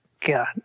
God